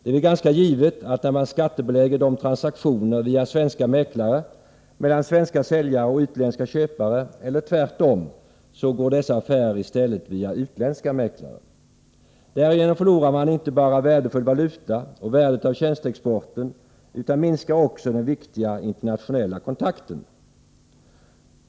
Det är väl ganska givet, att när man skattebelägger de transaktioner som via svenska mäklare görs mellan svenska säljare och utländska köpare eller tvärtom, så kommer dessa affärer i stället att göras via utländska mäklare. Därigenom förlorar man inte bara värdefull valuta och värdet av tjänsteexporten, utan man minskar också den viktiga internationella kontakten.